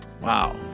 Wow